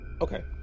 Okay